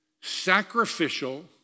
sacrificial